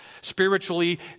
spiritually